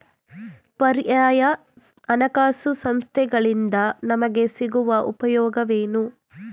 ಪರ್ಯಾಯ ಹಣಕಾಸು ಸಂಸ್ಥೆಗಳಿಂದ ನಮಗೆ ಸಿಗುವ ಉಪಯೋಗವೇನು?